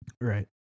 right